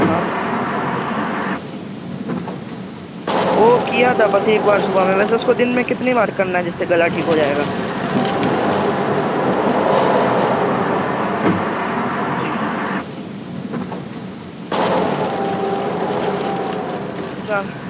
ہاں او کیا تھا بس ایک بار صبح میں ویسے اس کو دن میں کتنی بار کرنا ہے جس سے گلا ٹھیک ہو جائے گا جی اچھا